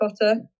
Potter